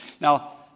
Now